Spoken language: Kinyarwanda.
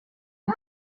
ndi